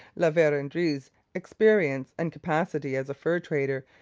la verendrye's experience and capacity as a fur-trader,